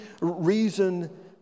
reason